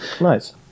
Nice